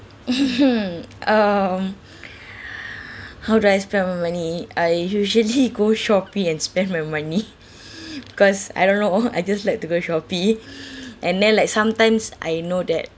um how do I spend my money I usually go shopee and spend my money because I don't know I just like to go shopee and then like sometimes I know that